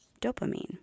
dopamine